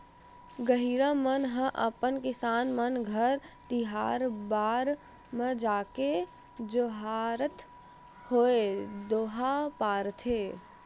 गहिरा मन ह अपन किसान मन घर तिहार बार म जाके जोहारत होय दोहा पारथे